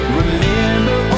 remember